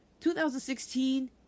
2016